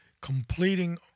completing